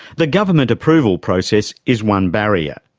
the government approval process is one barrier.